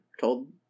told